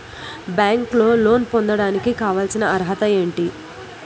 బ్యాంకులో లోన్ పొందడానికి కావాల్సిన అర్హత ఏంటి?